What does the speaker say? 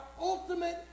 ultimate